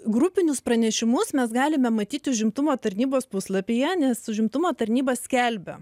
grupinius pranešimus mes galime matyti užimtumo tarnybos puslapyje nes užimtumo tarnyba skelbia